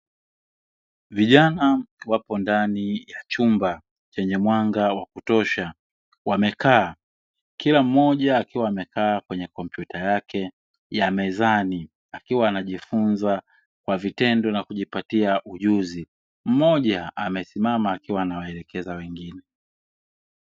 Vijana wapo ndani ya chumba chenye mwanga wa kutosha wamekaa, kila mmoja akiwa amekaa kwenye kompyuta yake ya mezani akiwa anajifunza kwa vitendo na kujipatia ujuzi mmoja amesimama akiwa anawaelekeza wengine.